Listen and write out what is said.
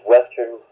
Western